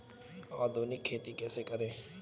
आधुनिक खेती कैसे करें?